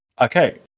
Okay